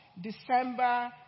December